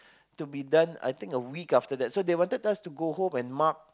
to be done I think a week after that so they wanted us to go home and mark